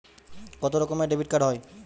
কত রকমের ডেবিটকার্ড হয়?